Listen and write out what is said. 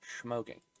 smoking